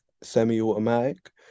semi-automatic